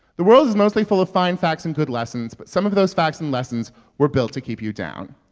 the world is mostly full of fine facts and good lessons, but some of those facts and lessons were built to keep you down.